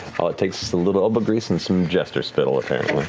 all it takes is a little elbow grease and some jester spittle, apparently.